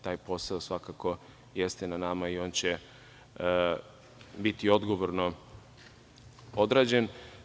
Taj posao svakako jeste na nama i on će biti odgovorno odrađen.